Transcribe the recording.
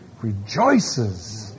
Rejoices